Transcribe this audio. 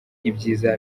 ibyiza